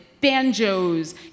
banjos